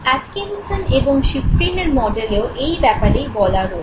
Atkinson এবং শিফ্রিনের মডেলেও এই ব্যাপারেই বলা রয়েছে